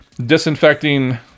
disinfecting